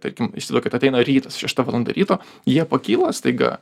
tarkim įsivaizduokit ateina rytas šešta valanda ryto jie pakyla staiga